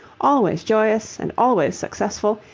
always joyous and always successful,